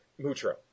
Mutro